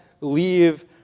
leave